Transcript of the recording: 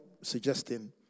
suggesting